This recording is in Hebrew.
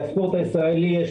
לספורט הישראלי יש